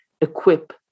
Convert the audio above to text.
equip